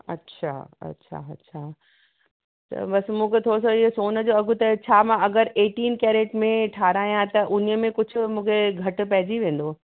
अच्छा अच्छा अच्छा त बसि मूंखे थोरो सो इहो सोन जो अघि त छा मां अगरि एटीन कैरेट में ठहारायां त उनमें मूंखे कुझु घटि पइजी वेंदो